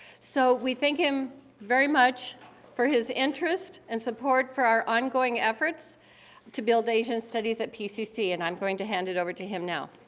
so we thank him very much for his interest and support for our ongoing efforts to build asian studies at pcc. and i'm going to hand it over to him now.